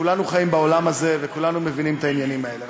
כולנו חיים בעולם הזה וכולנו מבינים את העניינים האלה.